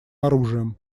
оружием